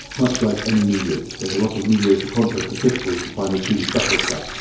much like any medium, there's a lot of mediocre content to sift to to find the truly special stuff.